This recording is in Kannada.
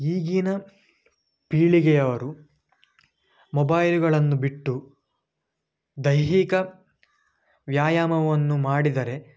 ಈಗೀನ ಪೀಳಿಗೆಯವರು ಮೊಬಾಯ್ಲುಗಳನ್ನು ಬಿಟ್ಟು ದೈಹಿಕ ವ್ಯಾಯಾಮವನ್ನು ಮಾಡಿದರೆ